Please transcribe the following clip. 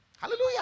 Hallelujah